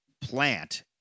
plant